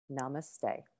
namaste